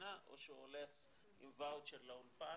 המדינה או שהוא הולך עם ואוצ'ר לאולפן.